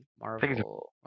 Marvel